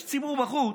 יש ציבור בחוץ,